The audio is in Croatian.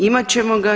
Imat ćemo ga.